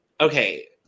Okay